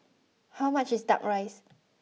how much is duck rice